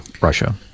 Russia